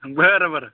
बरं बरं